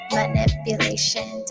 manipulation